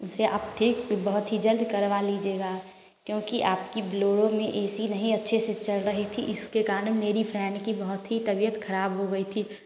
उसे आप ठीक बहुत ही जल्द करवा लीजिएगा क्योंकि आपके ब्लोअर में एसी अच्छे से नहीं चल रही थी इसके कारण मेरी फ्रेंड की बहुत ही तबीयत खराब हो गई थी